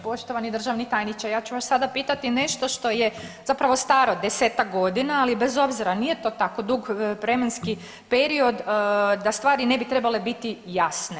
Poštovani državni tajniče ja ću vas sada pitati nešto što je zapravo staro desetak godina, ali bez obzira nije to tako dug vremenski period da stvari ne bi trebale biti jasne.